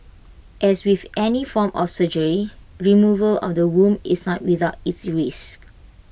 as with any form of surgery removal of the womb is not without its risks